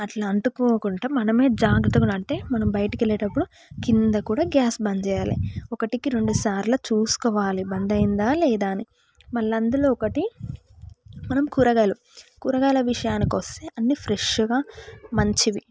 అట్లా అంటుకోకుండా మనం జాగ్రత్తగా ఉండాలి అంటే మనం బయటకు వెళ్ళేటప్పుడు కింద కూడా గ్యాస్ బంద్ చేయాలి ఒకటికి రెండుసార్లు చూసుకోవాలి బంద్ అయిందా లేదా అని మళ్ళా అందులో ఒకటి మనం కూరగాయలు కూరగాయల విషయానికి వస్తే అన్నీ ఫ్రెష్గా మంచివి